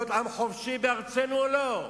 להיות עם חופשי בארצנו, או לא?